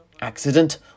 Accident